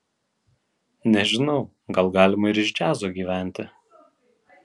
nežinau gal galima ir iš džiazo gyventi